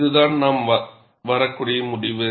இதுதான் நாம் வரக்கூடிய முடிவு